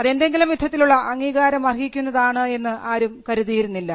അത് എന്തെങ്കിലും വിധത്തിലുള്ള അംഗീകാരം അർഹിക്കുന്നതാണ് എന്ന് ആരും കരുതിയിരുന്നില്ല